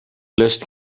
lust